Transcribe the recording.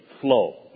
flow